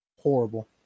horrible